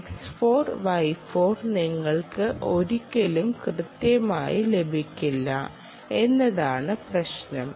X4 Y4 നിങ്ങൾക്ക് ഒരിക്കലും കൃത്യമായി ലഭിക്കില്ല എന്നതാണ് പ്രശ്നം